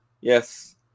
Yes